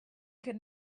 could